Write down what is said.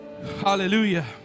Hallelujah